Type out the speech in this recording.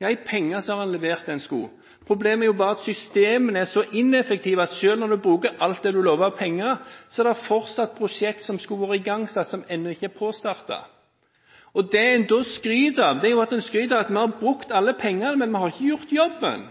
Ja, i penger har en levert det en skulle. Problemet er bare at systemene er så ineffektive at selv når en bruker alt det en lover av penger, er det fortsatt prosjekt som skulle vært igangsatt, som ennå ikke er påstartet. Det en da skryter av, er at en har brukt alle pengene, men ikke gjort jobben.